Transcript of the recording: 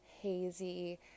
hazy